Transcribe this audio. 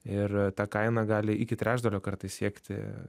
ir ta kaina gali iki trečdalio kartais siekti